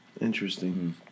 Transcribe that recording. Interesting